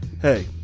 Hey